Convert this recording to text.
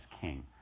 king